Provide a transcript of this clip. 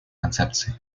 концепции